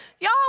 Y'all